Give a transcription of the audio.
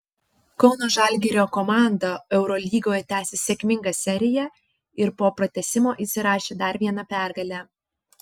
kauno žalgirio komanda eurolygoje tęsią sėkmingą seriją ir po pratęsimo įsirašė dar vieną pergalę